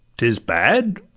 t is bad,